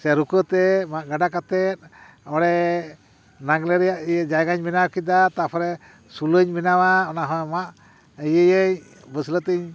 ᱥᱮ ᱨᱩᱠᱟᱹᱛᱮ ᱢᱟᱜ ᱜᱟᱰᱟ ᱠᱟᱛᱮᱫ ᱚᱸᱲᱮ ᱱᱟᱜᱽᱞᱮ ᱨᱮᱭᱟᱜ ᱤᱭᱟᱹ ᱡᱟᱭᱜᱟᱧ ᱵᱮᱱᱟᱣ ᱠᱮᱫᱟ ᱛᱟᱯᱚᱨᱮ ᱥᱩᱞᱟᱹᱧ ᱵᱮᱱᱟᱣᱟ ᱚᱱᱟ ᱦᱚᱸ ᱢᱟᱜ ᱤᱭᱟᱹᱭᱟᱹᱧ ᱵᱟᱹᱥᱞᱟᱹᱛᱮᱧ